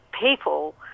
people